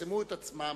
יצמצמו את עצמם